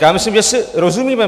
Já myslím, že si rozumíme.